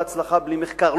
בהצלחה בלי מחקר.